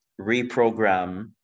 reprogram